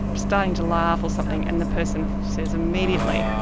starting to laugh or something, and the person says immediately,